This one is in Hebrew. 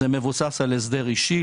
כי זה מבוסס על הסדר אישי,